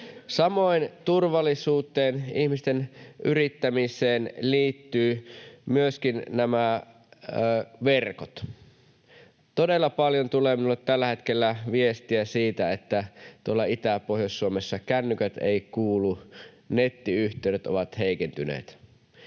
Turvallisuuteen ja ihmisten yrittämiseen liittyvät myöskin nämä verkot. Todella paljon tulee minulle tällä hetkellä viestiä siitä, että tuolla Itä- ja Pohjois-Suomessa kännykät eivät kuulu, nettiyhteydet ovat heikentyneet.